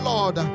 Lord